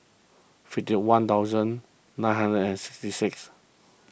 fifty one thousand nine hundred and sixty six